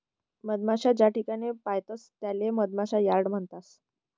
मधमाशा ज्याठिकाणे पायतस त्याले मधमाशा यार्ड म्हणतस